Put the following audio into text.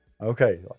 okay